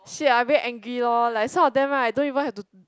shit I very angry lor like some of them right don't even have to